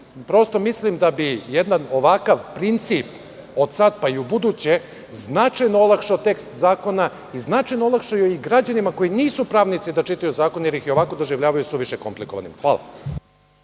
policiji. Mislim da bi jedan ovakav princip, od sad pa i ubuduće, značajno olakšao tekst zakona i značajno olakšao i građanima koji nisu pravnici da čitaju zakon jer ih i ovako doživljavaju suviše komplikovanim. Hvala.